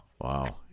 Wow